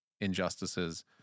injustices